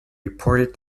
reported